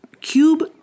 cube